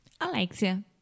Alexia